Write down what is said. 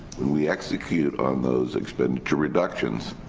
when we execute on those expenditure reductions,